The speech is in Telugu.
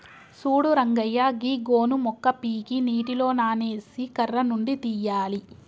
సూడు రంగయ్య గీ గోను మొక్క పీకి నీటిలో నానేసి కర్ర నుండి తీయాలి